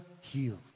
healed